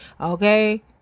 okay